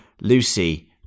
lucy